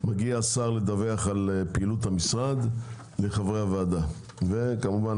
מגיע השר לדווח על פעילות המשרד לחברי הוועדה וכמובן,